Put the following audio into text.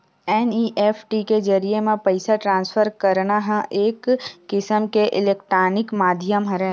NEFT के जरिए म पइसा ट्रांसफर करना ह एक किसम के इलेक्टानिक माधियम हरय